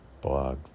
blog